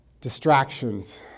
Distractions